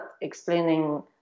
explaining